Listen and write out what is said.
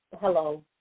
Hello